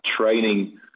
training